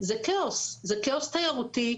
זה כאוס זה כאוס תיירותי,